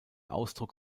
ausdruck